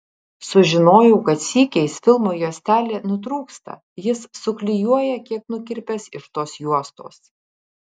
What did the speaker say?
sužinojau kad sykiais filmo juostelė nutrūksta jis suklijuoja kiek nukirpęs iš tos juostos